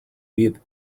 with